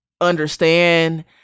understand